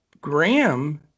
Graham